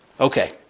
Okay